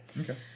okay